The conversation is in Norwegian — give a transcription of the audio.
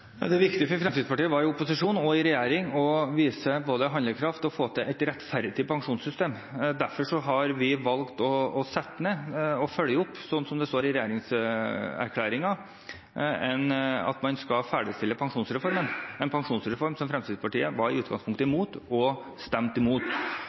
Det viktige for Fremskrittspartiet var i opposisjon og er i regjering å vise både handlekraft og få til et rettferdig pensjonssystem. Derfor har vi valgt å følge opp, som det står i regjeringserklæringen, og ferdigstille pensjonsreformen, en pensjonsreform som Fremskrittspartiet i utgangspunktet var imot og stemte imot.